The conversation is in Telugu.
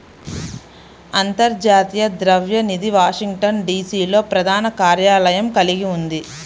అంతర్జాతీయ ద్రవ్య నిధి వాషింగ్టన్, డి.సి.లో ప్రధాన కార్యాలయం కలిగి ఉంది